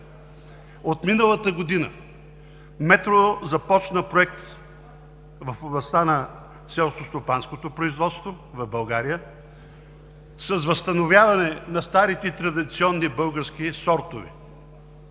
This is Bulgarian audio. От миналата година „Метро“ започна проект в областта на селскостопанското производство в България с възстановяване на старите традиционни български сортове.